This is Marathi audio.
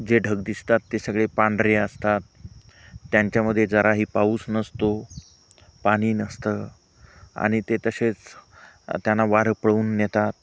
जे ढग दिसतात ते सगळे पांढरे असतात त्यांच्यामध्ये जराही पाऊस नसतो पाणी नसतं आणि ते तसेच त्यांना वारं पळवून नेतात